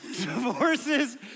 divorces